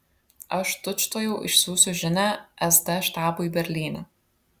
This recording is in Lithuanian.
aš tučtuojau išsiųsiu žinią sd štabui berlyne